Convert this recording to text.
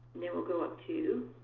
and then we'll go up to